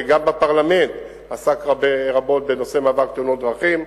וגם בפרלמנט עסק רבות בנושא המאבק בתאונות הדרכים,